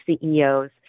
CEOs